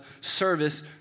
service